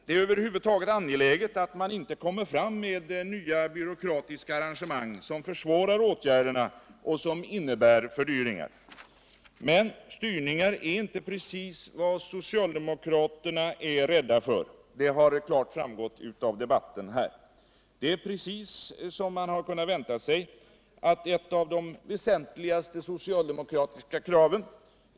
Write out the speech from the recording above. Det är över huvud taget angeläget att man inte kommer fram med nya byråkratiska arrangemang som försvårar åtgärderna och som innebär fördyringar. Men styrningar är inte precis vad socialdemokraterna är rädda för. Det har klart framgått av debatten i dag. Just styrningar, precis som man kunde vänta sig, är ett av de väsentligaste socialdemokratiska kraven.